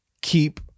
keep